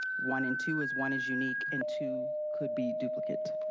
one and two is one is unique and two could be duplicates.